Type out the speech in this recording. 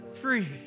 free